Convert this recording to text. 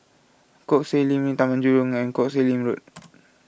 Koh Sek Lim Road Taman Jurong and Koh Sek Lim Road